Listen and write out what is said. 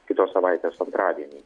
kitos savaitės antradienį